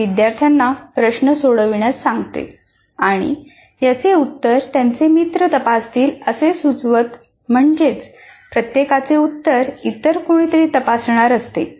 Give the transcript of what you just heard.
ती विद्यार्थ्यांना प्रश्न सोडविण्यास सांगते आणि याचे उत्तर त्यांचे मित्र तपासतील असे सुचवते म्हणजेच प्रत्येकाचे उत्तर इतर कोणीतरी तपासणार असते